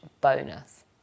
bonus